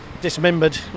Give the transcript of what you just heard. dismembered